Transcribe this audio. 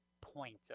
point